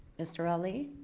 mr. ali?